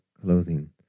clothing